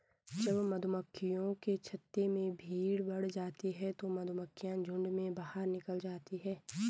जब मधुमक्खियों के छत्ते में भीड़ बढ़ जाती है तो मधुमक्खियां झुंड में बाहर निकल आती हैं